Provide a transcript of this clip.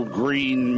green